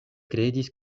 kredis